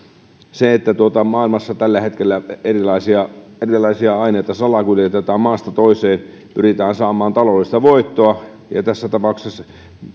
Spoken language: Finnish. maailmassa tällä hetkellä erilaisia erilaisia aineita salakuljetetaan maasta toiseen pyritään saamaan taloudellista voittoa ja tässä tapauksessa